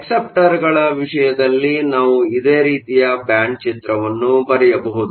acceptor ಗಳ ವಿಷಯದಲ್ಲಿ ನಾವು ಇದೇ ರೀತಿಯ ಬ್ಯಾಂಡ್ಚಿತ್ರವನ್ನು ಬರೆಯಬಹುದು